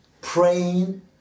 Praying